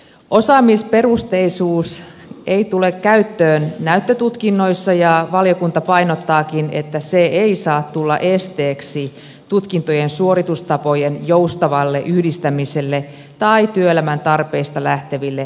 osaamisperusteisuus ei tule käyttöön näyttötutkinnoissa ja valiokunta painottaakin että se ei saa tulla esteeksi tutkintojen suoritustapojen joustavalle yhdistämiselle tai työelämän tarpeista lähteville osaamisyhdistelmille